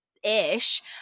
ish